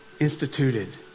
instituted